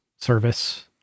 service